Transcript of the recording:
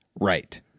Right